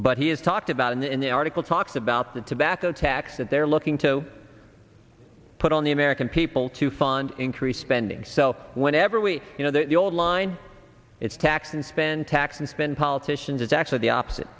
but he has talked about in the article talks about the tobacco tax that they're looking to put on the american people to fund increased spending so whenever we you know the old line is tax and spend tax and spend politicians it's actually the opposite